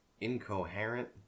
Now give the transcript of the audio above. incoherent